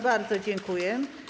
Bardzo dziękuję.